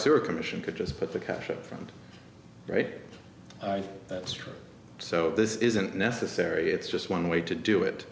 sewer commission could just put the cash up front right that's true so this isn't necessary it's just one way to do it